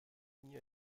nie